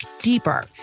deeper